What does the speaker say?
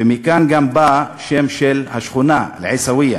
ומכאן גם בא השם של השכונה, אל-עיסאוויה.